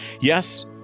Yes